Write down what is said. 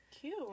Cute